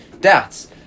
doubts